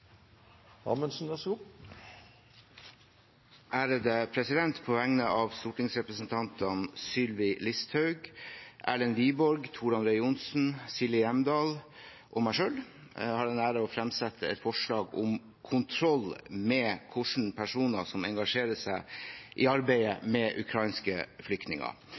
Amundsen vil framsette et representantforslag. På vegne av stortingsrepresentantene Sylvi Listhaug, Erlend Wiborg, Tor André Johnsen, Silje Hjemdal og meg selv har jeg den ære å fremsette et forslag om kontroll med hvilke personer som engasjerer seg i arbeidet med ukrainske flyktninger.